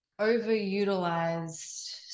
overutilized